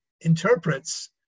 interprets